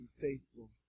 faithful